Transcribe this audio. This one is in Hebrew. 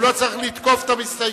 הוא לא צריך לתקוף את המסתייגים,